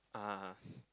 ah